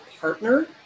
partner